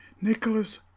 Nicholas